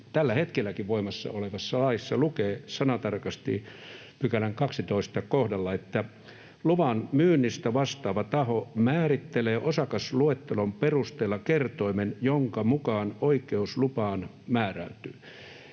tällä hetkelläkin voimassa olevassa laissa lukee sanatarkasti 12 §:n kohdalla: ”Luvan myynnistä vastaava taho määrittelee osakasluettelon perusteella kertoimen, jonka mukaan oikeus lupaan määräytyy.”